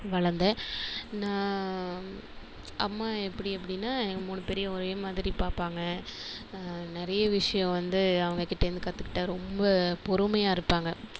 வளர்ந்தேன் நான் அம்மா எப்படி அப்படின்னா எங்கள் மூணு பேரையும் ஒரே மாதிரி பார்ப்பாங்க நிறைய விஷயம் வந்து அவங்ககிட்டேருந்து கற்றுகிட்டேன் ரொம்ப பொறுமையாக இருப்பாங்க